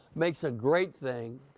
makes a great thing,